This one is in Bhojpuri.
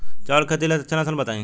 चावल के खेती ला अच्छा नस्ल बताई?